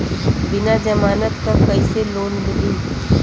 बिना जमानत क कइसे लोन मिली?